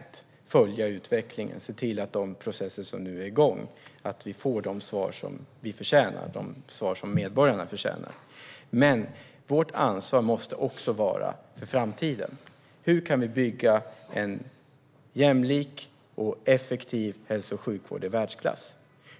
Det handlar om att följa utvecklingen och om att se till att vi i de processer som nu är igång får de svar som vi förtjänar - de svar som medborgarna förtjänar. Men vårt ansvar måste också vara för framtiden. Hur kan vi bygga en jämlik och effektiv hälso och sjukvård i världsklass?